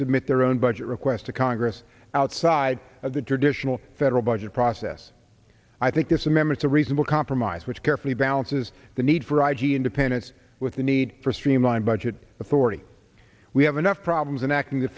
submit their own budget requests to congress outside of the traditional federal budget process i think there's some members a reasonable compromise which carefully balances the need for i g independence with the need for a streamlined budget authority we have enough problems and act in the